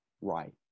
Right